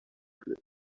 cliff